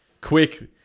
Quick